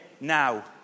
now